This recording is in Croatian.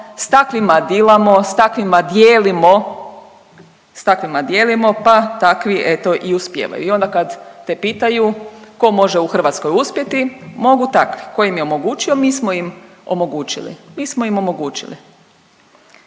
s takvima dijelimo, s takvima dijelimo pa takvi eto i uspijevaju i onda kad te pitaju tko može u Hrvatskoj uspjeti. Mogu takvi, tko im je omogućio? Mi smo im omogućili, mi smo im omogućili.